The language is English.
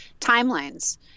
timelines